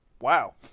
wow